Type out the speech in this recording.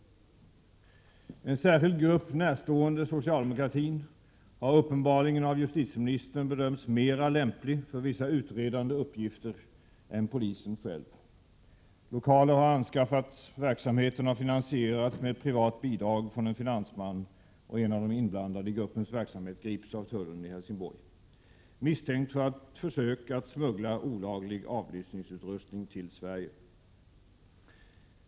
En särskild grupp, närstående socialdemokratin, har uppenbarligen av justitieministern bedömts mera lämplig för vissa utredande uppgifter än polisen själv. Lokaler har anskaffats, verksamheten har finansierats med ett privat bidrag från en finansman, och en av de inblandade i gruppens verksamhet grips av tullen i Helsingborg misstänkt för försök att smuggla olaglig avlyssningsutrustning till Sverige.